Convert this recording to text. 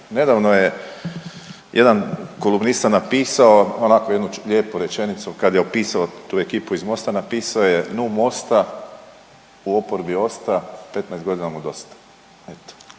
Nedavno je jedan kolumnista napisao onako jednu lijepu rečenicu kad je opisao tu ekipu iz Mosta napisao je „nu Mosta u oporbi osta, 15.g. mu dosta“,